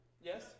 Yes